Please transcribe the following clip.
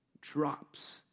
drops